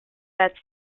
that